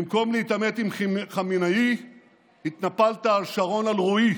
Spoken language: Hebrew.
במקום להתעמת עם חמינאי התנפלת על שרון אלרעי.